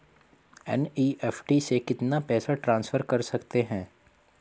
NEFT से कितना पैसा ट्रांसफर कर सकते हैं?